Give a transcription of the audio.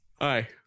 Hi